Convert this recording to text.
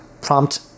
prompt